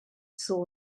saw